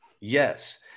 Yes